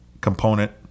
component